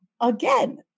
again